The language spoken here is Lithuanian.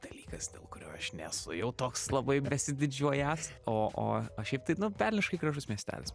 dalykas dėl kurio aš nesu jau toks labai besididžiuojąs o o o šiaip tai velniškai gražus miestelis